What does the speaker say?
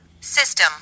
System